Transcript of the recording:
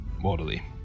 mortally